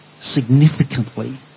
significantly